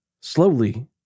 Slowly